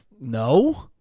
No